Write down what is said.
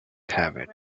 have